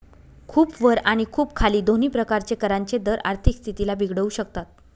खूप वर आणि खूप खाली दोन्ही प्रकारचे करांचे दर आर्थिक स्थितीला बिघडवू शकतात